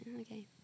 Okay